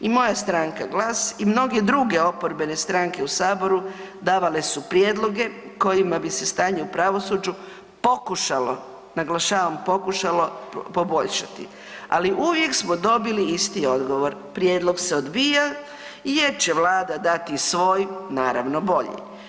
I moja stranka GLAS i mnoge druge oporbene stranke u saboru davale su prijedloge kojima bi se stanje u pravosuđu pokušalo, naglašavam pokušalo poboljšati, ali uvijek smo dobili isti odgovor, prijedlog se odbija jer će vlada dati svoj naravno bolji.